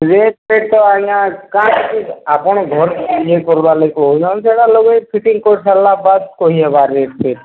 rate ସେଟ ତ ଆପଣ ଘରେ ଇଏ କରିବାର ଲାଗି କହୁଛନ୍ତି ସେଇଟା ଫିଟିଙ୍ଗ କରିସାରିଲା ବାଦ କହିବାର ରେଟ୍ ଫେଟ୍